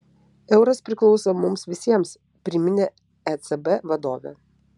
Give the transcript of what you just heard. euras priklauso mums visiems priminė ecb vadovė